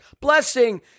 Blessing